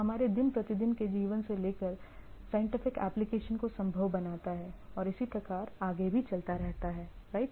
हमारे दिन प्रतिदिन के जीवन से लेकर साइंटिफिक एप्लीकेशन को संभव बनाता है और इसी प्रकार आगे भी चलता रहता है राइट